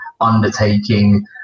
undertaking